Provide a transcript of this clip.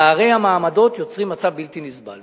פערי המעמדות יוצרים מצב בלתי נסבל.